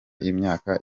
imyaka